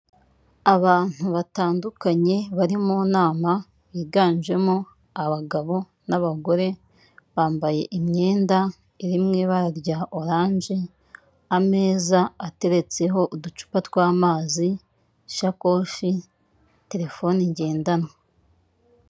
Abantu batandukanye bari mu nama higanjemo abagabo n'abagore, bambaye imyenda iri mu ibara rya oranje, ameza ateretseho uducupa tw'amazi, ishakoshi, terefone ngendanwa.